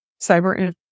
cyber